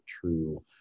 true